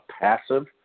passive